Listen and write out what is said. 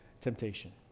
temptation